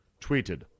tweeted